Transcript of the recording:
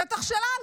שטח שלנו.